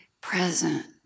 present